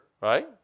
right